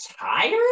tired